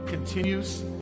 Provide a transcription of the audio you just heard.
Continues